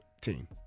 team